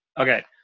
Okay